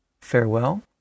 farewell